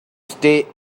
stay